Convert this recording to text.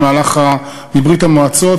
מברית-המועצות,